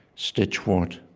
stitchwort,